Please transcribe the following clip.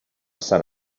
sant